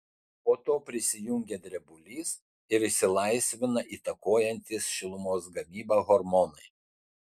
po to prisijungia drebulys ir išsilaisvina įtakojantys šilumos gamybą hormonai